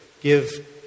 give